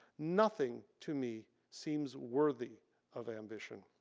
nothing to me seems worthy of ambition.